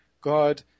God